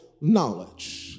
knowledge